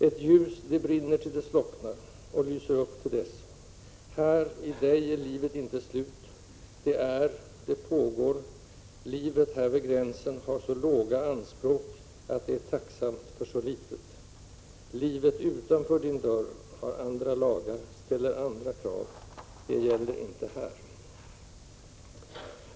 —-—- Ett ljus det brinner till det slocknar och lyser upp tills dess. Här, i dig är livet inte slut. Det är, det pågår —- livet här vid gränsen har så låga anspråk. Att det är tacksamt för så litet. har andra lagar. Ställer andra krav. De gäller inte här.